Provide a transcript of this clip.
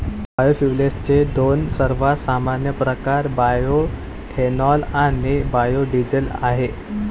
बायोफ्युएल्सचे दोन सर्वात सामान्य प्रकार बायोएथेनॉल आणि बायो डीझेल आहेत